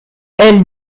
elle